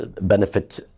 benefit